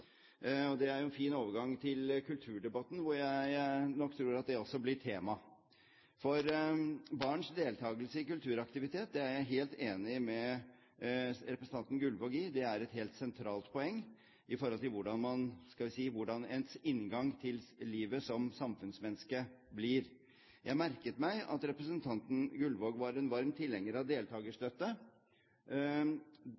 og det er jo en fin overgang til kulturdebatten, hvor jeg nok tror at det også blir tema. For barns deltagelse i kulturaktiviteter – der er jeg helt enig med representanten Gullvåg – er et helt sentralt poeng i forhold til hvordan ens inngang til livet som samfunnsmenneske blir. Jeg merket meg at representanten Gullvåg var en varm tilhenger av